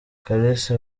kalisa